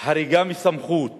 חריגה מסמכות